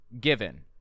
given